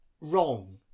wrong